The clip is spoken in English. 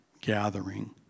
gathering